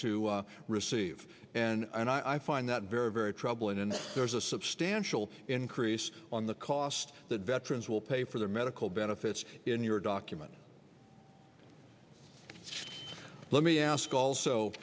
to receive and and i find that very very troubling and there's a substantial increase on the cost that veterans will pay for their medical benefits in your document let me ask also